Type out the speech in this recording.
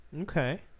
Okay